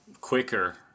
quicker